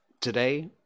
Today